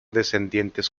descendientes